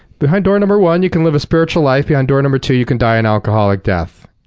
behind door number one, you can live a spiritual life. behind door number two, you can die an alcoholic death.